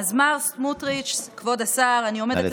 אז מר סמוטריץ', כבוד השר, נא לסיים.